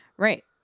Right